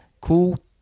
cool